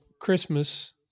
Christmas